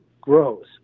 grows